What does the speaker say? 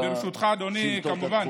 ברשותך, אדוני, כמובן,